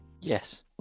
Yes